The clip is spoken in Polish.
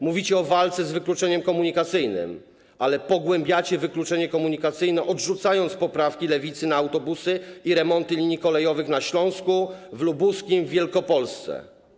Mówicie o walce z wykluczeniem komunikacyjnym, ale pogłębiacie wykluczenie komunikacyjne, odrzucając poprawki Lewicy, jeśli chodzi o autobusy i remonty linii kolejowych na Śląsku, w Lubuskiem, w Wielkopolsce.